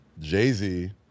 Jay-Z